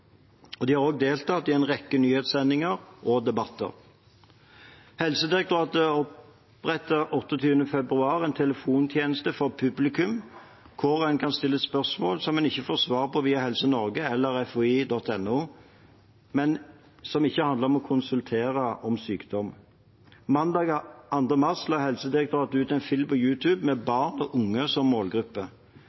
De har også deltatt i en rekke nyhetssendinger og debatter. Helsedirektoratet opprettet 28. februar en telefontjeneste for publikum der en kan stille spørsmål som en ikke får svar på via helsenorge.no eller fhi.no, men en kan ikke konsultere om sykdom. Mandag den 2. mars la Helsedirektoratet ut en film på YouTube med barn og unge som målgruppe.